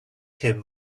him